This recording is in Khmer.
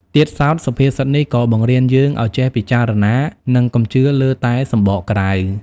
ទៀតសោធសុភាសិតនេះក៏បង្រៀនយើងឱ្យចេះពិចារណា និងកុំជឿលើតែសម្បកក្រៅ។